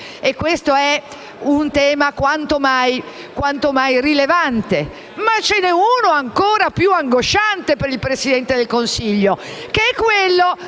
Questo è un tema quanto mai rilevante, ma ce n'è uno ancora più angosciante per il Presidente del Consiglio, che è la